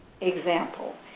example